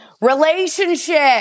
relationship